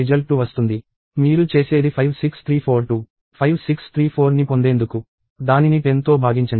మీరు చేసేది 56342 5634ని పొందేందుకు దానిని 10తో భాగించండి